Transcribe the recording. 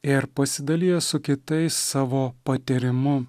ir pasidalija su kitais savo patyrimu